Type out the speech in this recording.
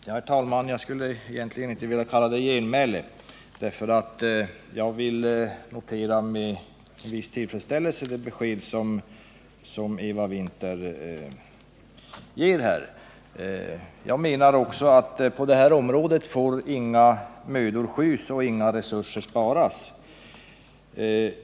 Herr talman! Jag skulle egentligen inte vilja kalla det genmäle. Jag vill nämligen med viss tillfredsställelse notera de besked som Eva Winther ger här. Jag menar också att på det här området får inga mödor skys och inga resurser Sparas.